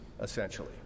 essentially